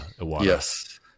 yes